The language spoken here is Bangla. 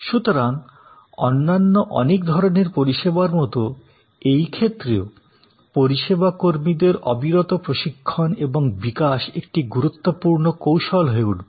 সুতরাং অন্যান্য অনেক ধরণের পরিষেবার মতো এই ক্ষেত্রেও পরিষেবা কর্মীদের অবিরত প্রশিক্ষণ এবং বিকাশ একটি গুরুত্বপূর্ণ কৌশল হয়ে উঠবে